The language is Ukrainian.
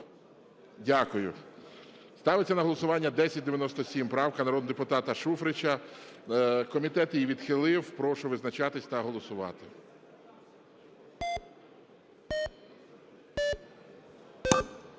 Дякую. Ставиться на голосування 1097, правка народного депутата Шуфрича. Комітет її відхилив. Прошу визначатись та голосувати.